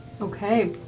Okay